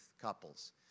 couples